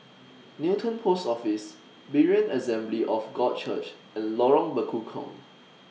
Newton Post Office Berean Assembly of God Church and Lorong Bekukong